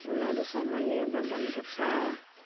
उनीहरूसँगै हेरेर गर्नुपर्छ